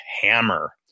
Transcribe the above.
Hammer